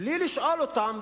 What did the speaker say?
בלי לשאול אותם,